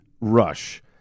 Rush